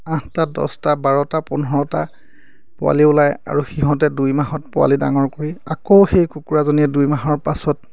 আঠটা দছটা বাৰটা পোন্ধৰটা পোৱালি ওলায় আৰু সিহঁতে দুই মাহত পোৱালি ডাঙৰ কৰি আকৌ সেই কুকুৰাজনীয়ে দুই মাহৰ পাছত